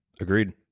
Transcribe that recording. Agreed